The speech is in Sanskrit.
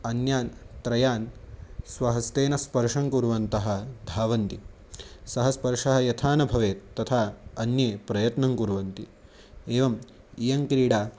अन्यान् त्रयान् स्वहस्तेन स्पर्शं कुर्वन्तः धावन्ति सः स्पर्शः यथा न भवेत् तथा अन्ये प्रयत्नं कुर्वन्ति एवम् इयं क्रीडा